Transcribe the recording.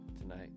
tonight